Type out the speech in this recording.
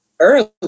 early